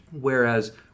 Whereas